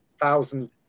thousand